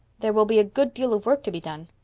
there will be a good deal of work to be done.